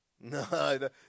No